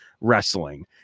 wrestling